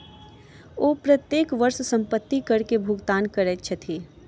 ओ प्रत्येक वर्ष संपत्ति कर के भुगतान करै छथि